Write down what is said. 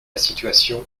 situation